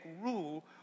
rule